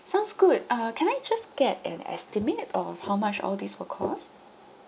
sounds good uh can I just get an estimate of how much all these will cost